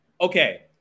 Okay